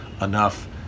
enough